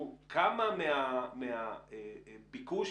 לכמה מהביקוש